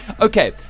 Okay